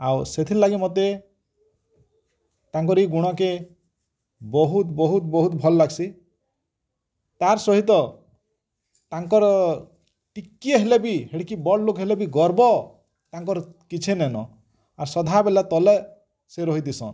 ଆଉ ସେଥିର ଲାଗି ମତେ ତାଙ୍କରି ଗୁଣକେ ବହୁତ ବହୁତ ବହୁତ ଭଲ୍ ଲାଗସୀ ତାର ସହିତ ତାଙ୍କର ଟିକେ ହେଲେବି ହେଡ଼୍କି ବଡ଼ଲୋକ ହେଲେ ବି ଗର୍ବ ତାଙ୍କର କିଛି ନେଇନ ଆର୍ ସଦାବେଳେ ତଳେ ରହି ଦିଶନ୍